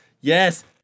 yes